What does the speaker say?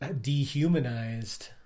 dehumanized